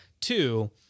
two